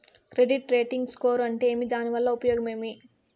Credit rating score అంటే ఏమి దాని వల్ల ఉపయోగం ఏమి?